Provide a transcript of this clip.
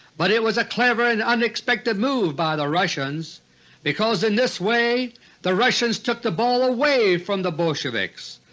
but it was a clever and unexpected move by the russians because in this way the russians took the ball away from the bolsheviks.